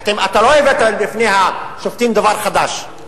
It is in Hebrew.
אתה לא הבאת בפני השופטים דבר חדש.